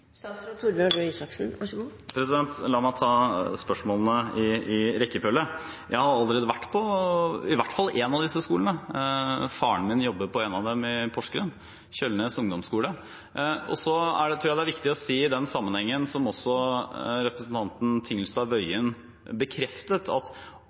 La meg ta spørsmålene i rekkefølge. Jeg har allerede vært på i hvert fall en av disse skolene. Faren min jobber på en av dem, Kjølnes ungdomsskole i Porsgrunn. Så tror jeg det er viktig å si i den sammenhengen, som også representanten Tingelstad Wøien bekreftet, at